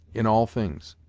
in all things.